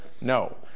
no